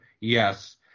Yes